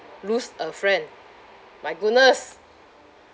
lose a friend my goodness